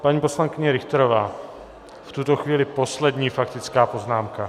Paní poslankyně Richterová v tuto chvíli poslední faktická poznámka.